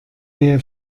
nähe